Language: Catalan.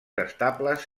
estables